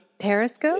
Periscope